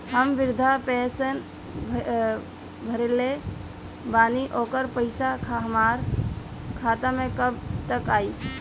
हम विर्धा पैंसैन भरले बानी ओकर पईसा हमार खाता मे कब तक आई?